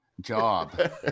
job